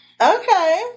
Okay